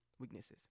Weaknesses